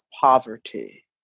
poverty